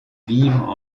vivre